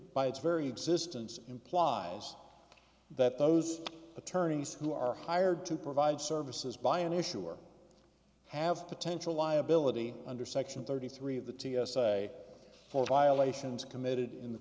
by its very existence implies that those attorneys who are hired to provide services by an issue are have potential liability under section thirty three of the t s a for violations committed in the